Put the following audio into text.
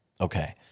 Okay